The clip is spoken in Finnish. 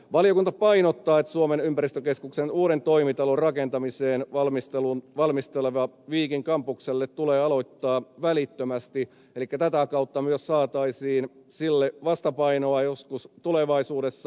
valiokunta painottaa että suomen ympäristökeskuksen uuden toimitalon rakentaminen valmistelu viikin kampukselle tulee aloittaa välittömästi elikkä tätä kautta myös saataisiin sille vastapainoa joskus tulevaisuudessa